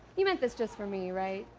you meant this just for me, right?